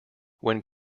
when